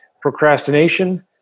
Procrastination